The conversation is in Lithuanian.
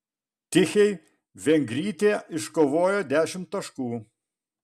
tichei vengrytė iškovojo dešimt taškų